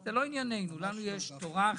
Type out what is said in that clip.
זה לא ענייננו, לנו יש תורה אחרת.